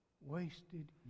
Wasted